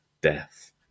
death